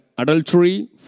Adultery